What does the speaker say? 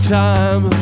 time